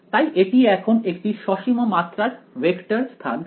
তাই এটি এখন একটি সসীম মাত্রার ভেক্টর স্থান হয়